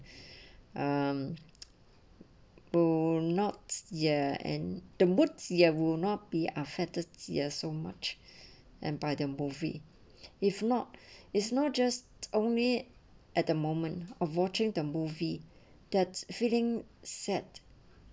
um would not yet and the boot ye will not be fettuccine uh so much and by the movie if not it's not just only at the moment of watching the movie that feeling sad